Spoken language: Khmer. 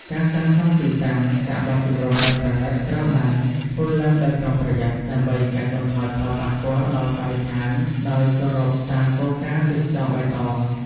ការសាងសង់ទីតាំង ការបោះជំរំបែបប្រណីត ត្រូវបានធ្វើឡើងដោយប្រុងប្រយ័ត្ន ដើម្បីកាត់បន្ថយផលប៉ះពាល់ដល់បរិស្ថាន ដោយគោរពតាមគោលការណ៍ទេសចរណ៍បៃតង។